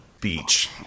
beach